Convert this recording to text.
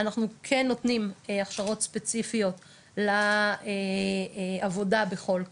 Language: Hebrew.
אנחנו כן נותנים הכשרות ספציפיות לעבודה בכל קיץ,